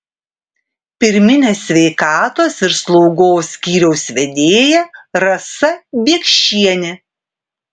pirminės sveikatos ir slaugos skyriaus vedėja rasa biekšienė